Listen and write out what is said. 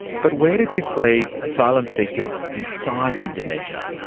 but where does this leave asylum seekers inside indonesia?